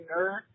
nerd